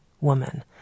woman